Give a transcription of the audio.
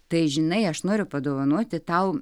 tai žinai aš noriu padovanoti tau